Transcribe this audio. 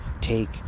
take